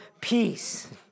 peace